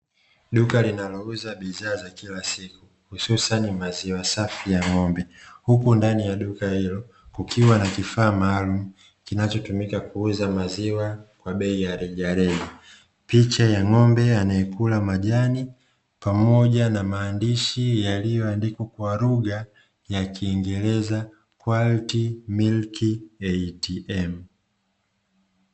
Duka linalouza bidhaa za kila siku hususa ni maziwa safi ya ng'ombe, huku ndani ya duka hilo kukiwa na kifaa maalumu kinachotumika kwa kuuza maziwa kwa bei ya rejareja. Picha ya ng'ombe anaekula majani pamoja na maandishi yaliyoandikwa kwa lugha ya kiingereza "QUALITY MILK ATM".